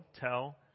tell